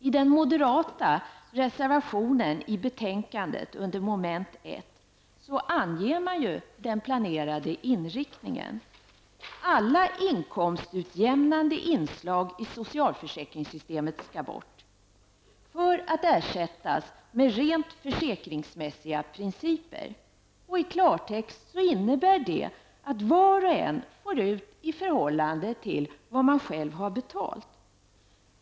I den moderata reservationen under mom. 1 i betänkandet anger man den planerade inriktningen. Alla inkomstutjämnande inslag i socialförsäkringssystemet skall bort och ersättas med rent försäkringsmässiga principer. I klartext innebär det att var och en får ut i förhållande till vad han eller hon själv har betalat.